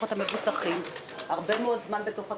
את המבוטחים הרבה מאוד זמן בתוך התהליך.